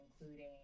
including